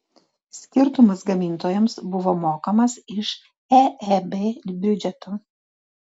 skirtumas gamintojams buvo mokamas iš eeb biudžeto